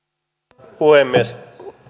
arvoisa puhemies